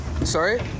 Sorry